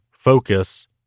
Focus